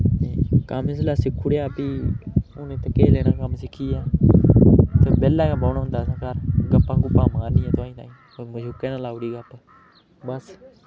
ते कम्म जोल्लै सिक्खी ओड़ेआ फ्ही हून इत्थें केह् लैना कम्म सिक्खियै इत्थें बेह्ला गै बौह्ना होंदा असें घर गप्पां गुप्पां मारनियां ताहीं तुआहीं कोई मशूकै कन्नै लाई ओड़ी गप्प शप्प बस